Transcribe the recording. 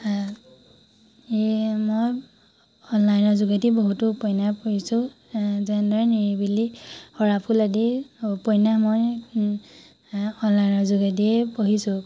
আ এ মই অনলাইনৰ যোগেদি বহুতো উপন্যাস পঢ়িছোঁ যেনেদৰে নিৰিবিলি সৰা ফুল আদি উপন্যাস মই অনলাইনৰ যোগেদিয়ে পঢ়িছোঁ